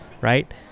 right